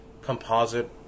composite